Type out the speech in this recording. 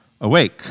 awake